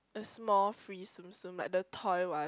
a small free Tsum-Tsum like the toy one